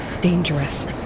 dangerous